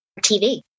TV